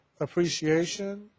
appreciation